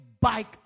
bike